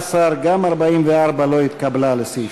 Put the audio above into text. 15. גם 44 לא התקבלה לסעיף